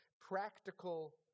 practical